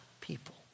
people